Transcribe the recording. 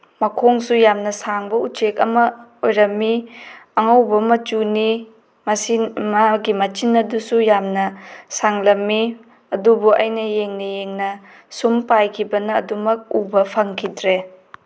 ꯃꯈꯣꯡꯁꯨ ꯌꯥꯝꯅ ꯁꯥꯡꯕ ꯎꯆꯦꯛ ꯑꯃ ꯑꯣꯏꯔꯝꯃꯤ ꯑꯉꯧꯕ ꯃꯆꯨꯅꯤ ꯃꯁꯤ ꯃꯥꯒꯤ ꯃꯆꯤꯟ ꯑꯗꯨꯁꯨ ꯌꯥꯝꯅ ꯁꯥꯡꯂꯝꯃꯤ ꯑꯗꯨꯕꯨ ꯑꯩꯅ ꯌꯦꯡꯅ ꯌꯦꯡꯅ ꯁꯨꯝ ꯄꯥꯏꯈꯤꯕꯅ ꯑꯗꯨꯝꯃꯛ ꯎꯕ ꯐꯪꯈꯤꯗ꯭ꯔꯦ